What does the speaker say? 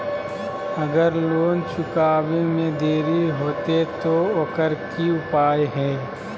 अगर लोन चुकावे में देरी होते तो ओकर की उपाय है?